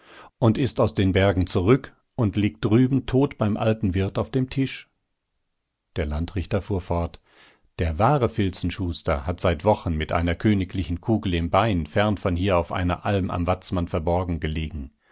und ist aus den bergen zurück und liegt drüben tot beim alten wirt auf dem tisch der landrichter fuhr fort der wahre filzenschuster hat seit wochen mit einer königlichen kugel im bein fern von hier auf einer alm am watzmann verborgen gelegen